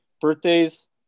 Birthdays